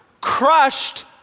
crushed